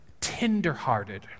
tenderhearted